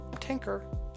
tinker